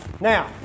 Now